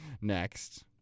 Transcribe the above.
next